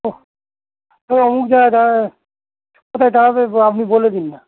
ওহ তাহলে অমুক জায়গায় দাঁড়ান কোথায় দাঁড়াবে আপনি বলে দিন না